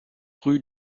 rue